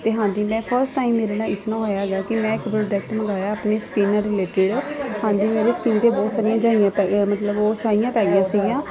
ਅਤੇ ਹਾਂਜੀ ਮੈਂ ਫਸਟ ਟਾਈਮ ਮੇਰੇ ਨਾਲ ਇਸ ਨੂੰ ਹੋਇਆ ਗਾ ਕਿ ਮੈਂ ਇੱਕ ਪ੍ਰੋਡਕਟ ਮੰਗਵਾਇਆ ਆਪਣੀ ਸਕਿੰਨ ਨਾਲ ਰਿਲੇਟਡ ਹਾਂਜੀ ਮੇਰੀ ਸਕਿੰਨ 'ਤੇ ਬਹੁਤ ਸਾਰੀਆਂ ਜਾਈਆਂ ਪਈਆਂ ਮਤਲਬ ਉਹ ਛਾਈਆਂ ਪੈ ਗਈਆਂ ਸੀਗੀਆਂ